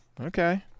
Okay